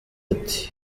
ati